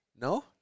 no